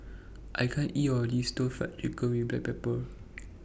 I can't eat All of This Stir Fried Chicken with Black Pepper